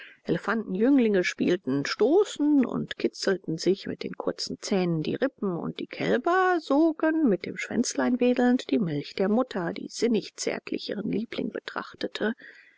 elefantenjünglinge spielten stoßen und kitzelten sich mit den kurzen zähnen die rippen und die kälber sogen mit dem schwänzlein wedelnd die milch der mutter die sinnig zärtlich ihren liebling betrachtete